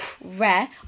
Rare